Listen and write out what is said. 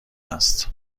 است